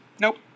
Nope